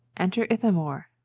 enter ithamore.